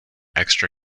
extra